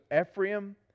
Ephraim